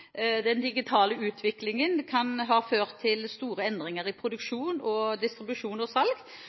Den digitale utviklingen kan ha ført til store endringer i produksjon og distribusjon og salg,